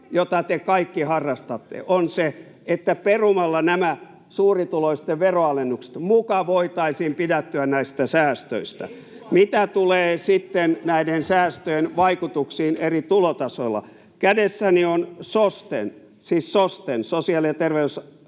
jota te kaikki harrastatte, on se, että perumalla nämä suurituloisten veronalennukset muka voitaisiin pidättyä näistä säästöistä. Mitä tulee sitten näiden säästöjen vaikutuksiin eri tulotasoilla, niin kädessäni on SOSTEn — siis SOSTEn, sosiaali- ja terveysalan